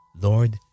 Lord